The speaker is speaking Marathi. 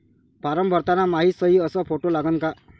फारम भरताना मायी सयी अस फोटो लागन का?